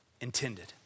intended